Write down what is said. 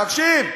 תקשיב.